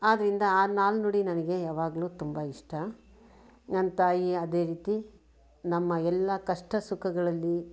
ಆದ್ದರಿಂದ ಆ ನಾಣ್ಣುಡಿ ನನಗೆ ಯಾವಾಗಲೂ ತುಂಬ ಇಷ್ಟ ನನ್ನ ತಾಯಿ ಅದೇ ರೀತಿ ನಮ್ಮ ಎಲ್ಲ ಕಷ್ಟ ಸುಖಗಳಲ್ಲಿ